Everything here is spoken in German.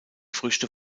früchte